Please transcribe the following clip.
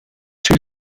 two